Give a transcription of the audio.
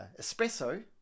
espresso